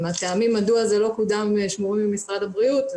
הטעמים מדוע זה לא קודם, שמורים עם משרד הבריאות.